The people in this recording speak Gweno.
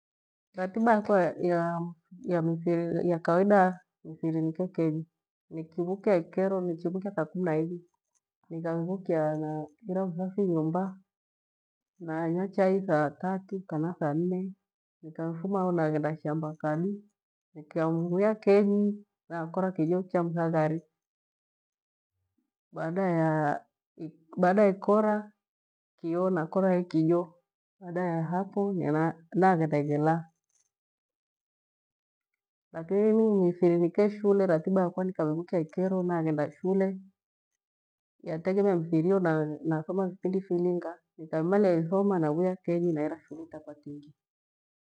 Ratiba yakwa kwa mfiri ya kawaida mfiri nika kenyi nikivukia ikero nilinukia taa kumi na ivi nikamivukia nahira uthofinyumba nhywa chai thaa tatu kana thaa nne nikamfumaho naghenda shamba kadu nikamvivia kenyi nakera kijo cha mthaghari, baada ikora kio nakora ha kijo baada ya hapo naghenda ighelaa lakini mifirilike shule ratiba yakwa nikamivukia ikero naghenda shule yategemea mifin yo na nathoma vipindi vilinga nikaami malia ithoma navivia kenyi nahira shughuli takwa fingi.